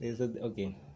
Okay